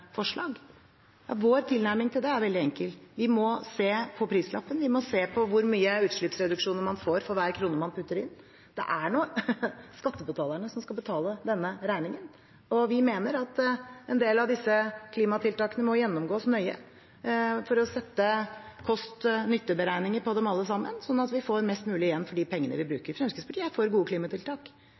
forslag. Vår tilnærming til det er veldig enkel: Vi må se på prislappen. Vi må se på hvor mye utslippsreduksjoner man får for hver krone man putter inn. Det er skattebetalerne som skal betale denne regningen. Vi mener at en del av disse klimatiltakene må gjennomgås nøye for å ha kost–nytte-beregninger av dem alle sammen, slik at vi får mest mulig igjen for de pengene vi bruker. Fremskrittspartiet er for gode klimatiltak,